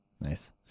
Nice